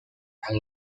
han